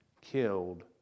killed